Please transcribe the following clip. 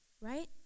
right